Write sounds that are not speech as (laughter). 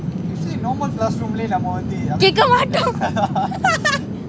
கேக்க மாட்டோம்:keka maatoam (laughs)